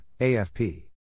AFP